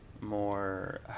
more